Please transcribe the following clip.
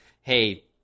hey